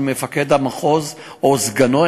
מפקד המחוז או סגנו.